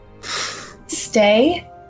Stay